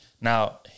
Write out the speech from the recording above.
Now